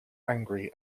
angry